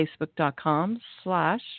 facebook.com/slash